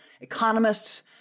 economists